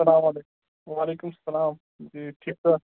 اَسَلام علیکُم وعلیکُم اسَلام ٹھیٖک ٹھیٖک چھُوا